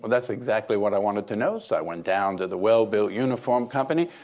that's exactly what i wanted to know. so i went down to the well-built uniform company.